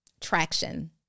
traction